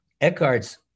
Eckhart's